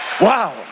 Wow